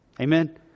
Amen